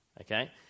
Okay